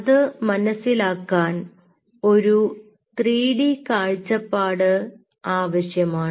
അത് മനസ്സിലാക്കാൻ ഒരു 3D കാഴ്ചപ്പാട് ആവശ്യമാണ്